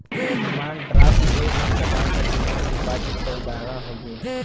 demand draft एक प्रकार क डिमांड डिपाजिट क उदाहरण हउवे